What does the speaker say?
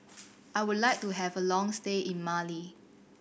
I would like to have a long stay in Mali